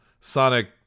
sonic